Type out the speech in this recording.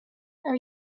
are